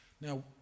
Now